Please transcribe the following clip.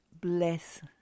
bless